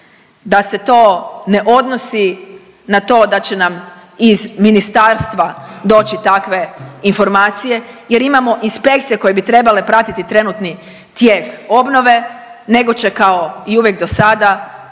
da se to ne odnosi na to da će nam iz ministarstva doći takve informacije jer imamo inspekcije koje bi trebale pratiti trenutni tijek obnove nego će kao i uvijek dosada